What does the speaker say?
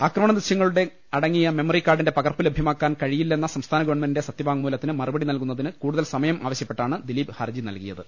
ആക്രമണ ദൃശ്യങ്ങളടങ്ങിയ മെമ്മറി കാർഡിന്റെ പകർപ്പ് ലഭ്യമാ ക്കാൻ കഴിയില്ലെന്ന സംസ്ഥാന ഗവൺമെന്റിന്റെ സത്യവാങ്മൂ ലത്തിന് മറുപടി നൽകുന്നതിന് കൂടുതൽ സമയം ആവശ്യപ്പെ ട്ടാണ് ദിലീപ് ഹർജി നൽകിയത്